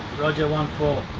roger, one, four.